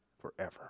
forever